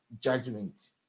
judgment